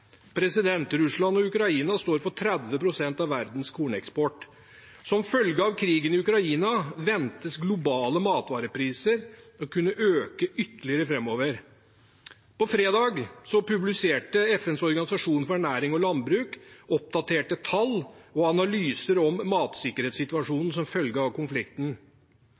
Russland og Ukraina står for 30 pst. av verdens korneksport. Som følge av krigen i Ukraina ventes globale matvarepriser å kunne øke ytterligere framover. På fredag publiserte FNs organisasjon for ernæring og landbruk, FAO, oppdaterte tall og analyser om matsikkerhetssituasjonen som følge av konflikten.